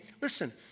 listen